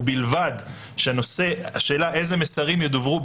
ובלבד שהשאלה איזה מסרים ידוורו,